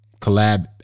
collab